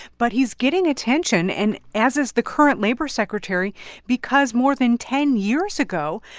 but he's getting attention and as is the current labor secretary because more than ten years ago,